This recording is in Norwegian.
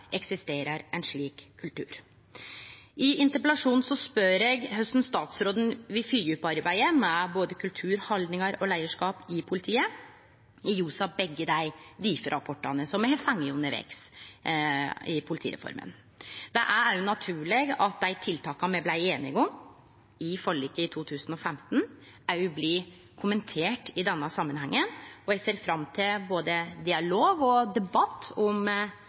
eksisterer ein slik kultur. I interpellasjonen spør eg korleis statsråden vil følgje opp arbeidet med både kultur, haldningar og leiarskap i politiet, i ljos av begge dei Difi-rapportane som me har fått undervegs i politireforma. Det er òg naturleg at dei tiltaka me blei einige om i forliket i 2015, blir kommenterte i denne samanhengen. Eg ser fram til både dialog og debatt om